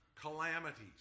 calamities